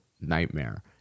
nightmare